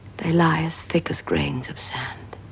they lie as thick as grains of sand,